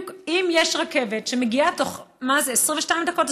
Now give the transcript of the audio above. אם יש רכבת שמגיעה בתוך 22 דקות,